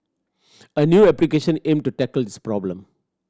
a new application aim to tackle this problem